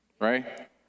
right